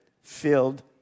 filled